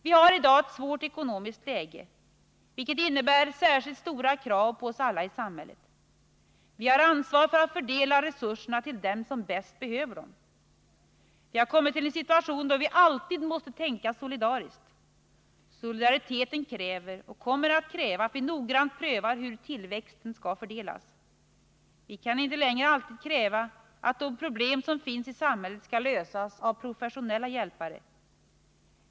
Vi har i dag ett svårt ekonomiskt läge, vilket innebär särskilt stora krav på oss alla i samhället. Vi har ansvaret för att fördela resurserna till dem som bäst behöver dem. Vi har kommit till en situation då vi alltid måste tänka solidariskt. Solidariteten kräver och kommer att kräva att vi noggrant prövar hur tillväxten skall fördelas. Vi kan inte längre alltid kräva att de problem som finns i samhället skall lösas av professionella hjälpare.